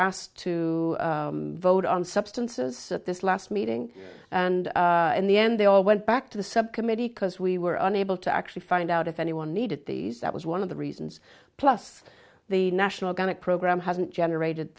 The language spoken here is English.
asked to vote on substances at this last meeting and in the end they all went back to the subcommittee cuz we were unable to actually find out if anyone needed these that was one of the reasons plus the national going to program hasn't generated